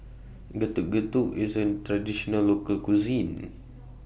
Getuk Getuk IS A Traditional Local Cuisine